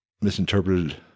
misinterpreted